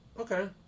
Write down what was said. Okay